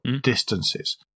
distances